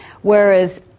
whereas